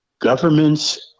Governments